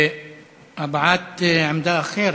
הבעת עמדה אחרת,